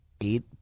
eight